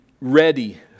ready